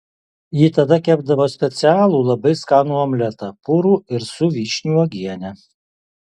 ji tada kepdavo specialų labai skanų omletą purų ir su vyšnių uogiene